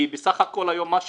כי בסך הכול היום מה שעושים,